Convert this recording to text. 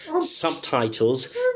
subtitles